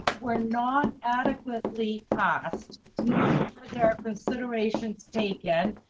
ah we're not adequately asked their considerations taken,